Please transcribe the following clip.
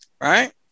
right